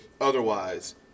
otherwise